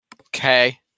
Okay